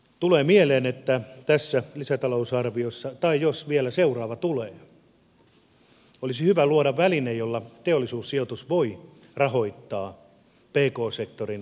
tulee mieleen että tässä lisätalousarviossa tai jos vielä seuraava tulee olisi hyvä luoda väline jolla teollisuussijoitus voi rahoittaa pk sektorin kasvuyrityksiä